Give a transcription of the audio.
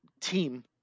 team